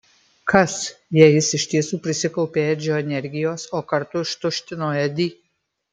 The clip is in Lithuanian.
kas jei jis iš tiesų prisikaupė edžio energijos o kartu ištuštino edį